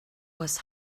was